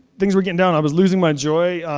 things were getting down. i was losing my joy.